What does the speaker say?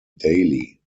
daily